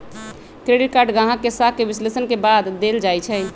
credit card गाहक के साख के विश्लेषण के बाद देल जाइ छइ